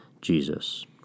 Jesus